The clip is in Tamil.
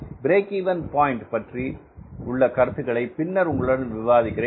பிரேக் இவென் பாயின்ட் பற்றி உள்ள கருத்துக்களை பின்னர் உங்களுடன் விவாதிக்கிறேன்